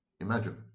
imagine